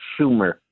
Schumer